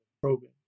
probing